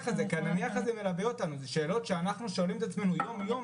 כגון: "איך זה קרה" הן שאלות שאנחנו שואלים את עצמנו יום-יום.